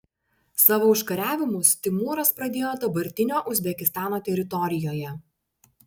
savo užkariavimus timūras pradėjo dabartinio uzbekistano teritorijoje